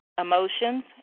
emotions